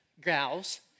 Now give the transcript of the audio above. gals